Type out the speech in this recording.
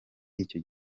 icyo